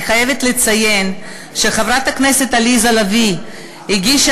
אני חייבת לציין שחברת הכנסת עליזה לביא הגישה